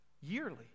yearly